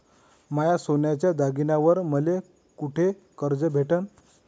माया सोन्याच्या दागिन्यांइवर मले कुठे कर्ज भेटन?